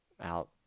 out